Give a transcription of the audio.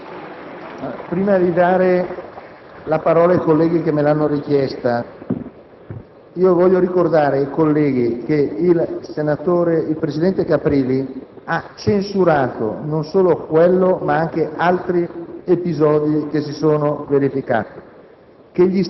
Prima di dare la parola ai senatori che me l'hanno chiesta, voglio ricordare ai colleghi che il presidente Caprili ha censurato non solo quello ora richiamato, ma anche altri episodi che si sono verificati